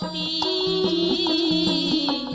e